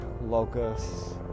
locusts